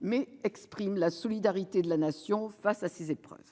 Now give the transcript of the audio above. mais expriment la solidarité de la Nation face à ces épreuves.